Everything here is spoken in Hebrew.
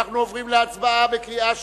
אנחנו עוברים להצבעה בקריאה שלישית.